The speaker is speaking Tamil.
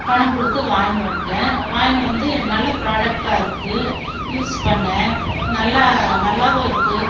பணம் கொடுத்து வாங்கின்னு வந்துட்டேன் வாங்கின்னு வந்து நல்ல ப்ராடெக்ட்டாக இருக்குது யூஸ் பண்ண நல்லா நல்லாவும் இருக்குது